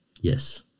Yes